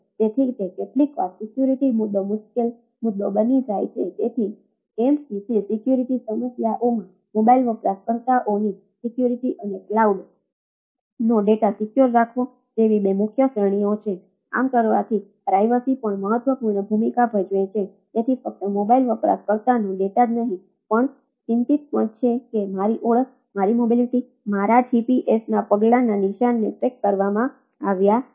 તેથી તે કેટલીકવાર સિક્યોરિટી કરવામાં આવ્યા છે